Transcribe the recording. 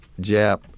Jap